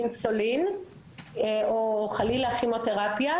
אינסולין או כימותרפיה,